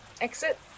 exit